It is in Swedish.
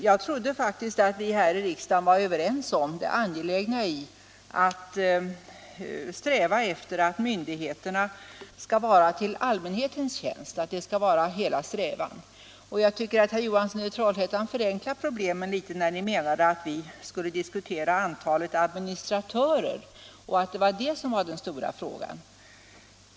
Jag trodde faktiskt att vi här i riksdagen var överens om det angelägna i att sträva efter att myndigheterna skall stå till allmänhetens tjänst. Jag trodde att detta var allas vår strävan. Herr Johansson i Trollhättan förenklade problemen litet när han föreslog att vi skulle diskutera antalet administratörer och när han menade att detta var den stora frågan.